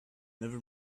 never